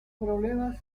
problemas